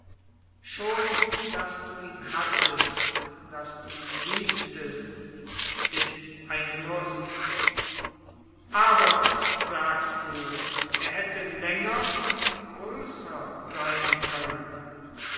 haben daß du ihn hattest daß du ihn liebtest ist ein genuß aber er hätte länger und größer sei können